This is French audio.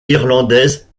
irlandaise